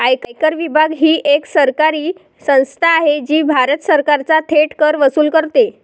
आयकर विभाग ही एक सरकारी संस्था आहे जी भारत सरकारचा थेट कर वसूल करते